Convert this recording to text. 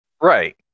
right